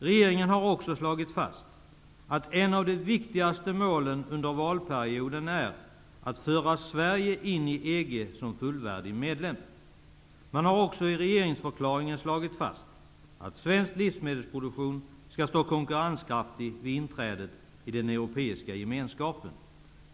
Regeringen har också slagit fast att ett av de viktigaste målen under valperioden är att föra Sverige in i EG som fullvärdig medlem. I regeringsförklaringen har man också slagit fast att svensk livsmedelsproduktion skall vara konkurrenskraftig vid inträdet i den europeiska gemenskapen.